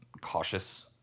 cautious